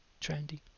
trendy